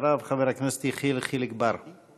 אחריו, חבר הכנסת יחיאל חיליק בר.